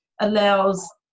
allows